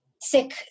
sick